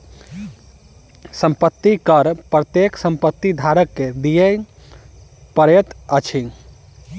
संपत्ति कर प्रत्येक संपत्ति धारक के दिअ पड़ैत अछि